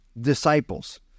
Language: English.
disciples